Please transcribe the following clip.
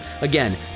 Again